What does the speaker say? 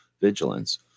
vigilance